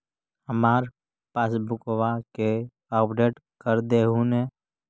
हमार पासबुकवा के अपडेट कर देहु ने?